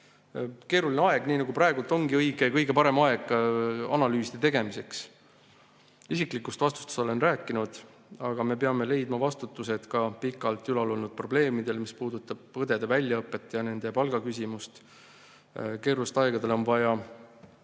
aeg nii nagu praegu ongi õige ja kõige parem aeg analüüside tegemiseks. Isiklikust vastutusest olen rääkinud, aga me peame leidma vastused ka pikalt ülal olnud probleemidele, mis puudutab õdede väljaõpet ja nende palga küsimust. Keerulistel aegadel on vaja